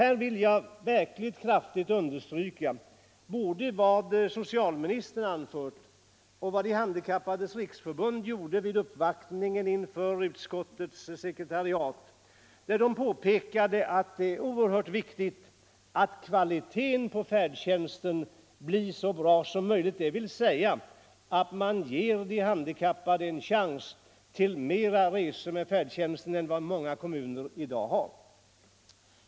Här vill jag verkligt kraftigt understryka både vad socialministern har anfört och vad De handikappades riksförbund påpekade vid uppvaktningen inför utskottets sekreteriat, nämligen att det är ytterst viktigt att kvaliteten på färdtjänsten blir så bra som möjligt. Man måste alltså ge de handikappade en chans till flera resor med färdtjänsten än vad många kommuner i dag erbjuder.